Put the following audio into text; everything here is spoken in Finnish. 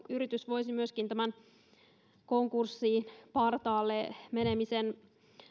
yritys voisi myöskin tämän konkurssin partaalle menemisen